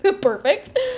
perfect